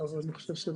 שקודם